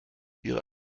ihre